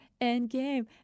endgame